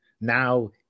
now